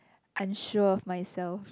unsure myself